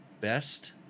best